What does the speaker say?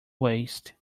waste